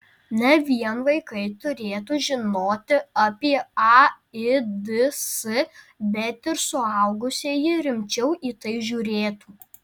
ne vien vaikai turėtų žinoti apie aids bet ir suaugusieji rimčiau į tai žiūrėtų